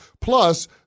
Plus